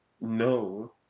no